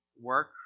work